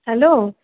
hello